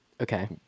Okay